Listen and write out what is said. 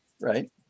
right